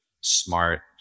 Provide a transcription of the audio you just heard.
smart